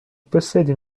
possède